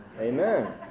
Amen